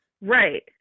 Right